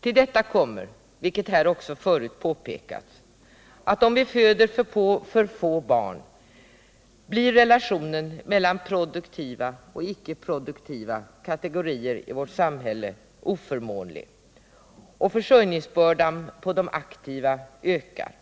Till detta kommer, vilket här också förut påpekats, att om vi föder för få barn blir relationen mellan produktiva och icke produktiva kategorier i vårt samhälle oförmånlig och försörjningsbördan på de aktiva ökar.